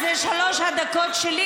השר, זה שלוש הדקות שלי.